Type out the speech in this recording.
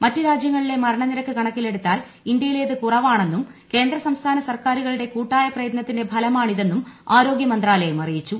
മറ്റ് രാജ്യങ്ങളിലെ മരണനിരക്ക് കണക്കിള്ളിട്ടുത്താൽ ഇന്ത്യയിലേത് കുറവാണെന്നും കേന്ദ്ര സംസ്ഥാന്ട് സ്ർക്കാരുകളുടെ കൂട്ടായ പ്രയത്നത്തിന്റെ ഫലമാണ്ടിരുന്നും ആരോഗൃമന്ത്രാലയം അറിയിച്ചു